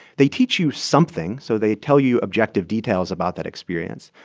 they teach you something. so they tell you objective details about that experience.